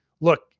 look